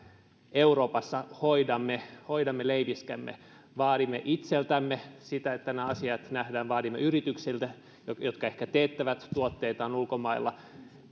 euroopassa hoidamme hoidamme leiviskämme vaadimme itseltämme sitä että nämä asiat nähdään vaadimme yrityksiltä jotka jotka ehkä teettävät tuotteitaan ulkomailla